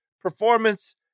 performance